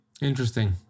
Interesting